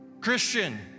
Christian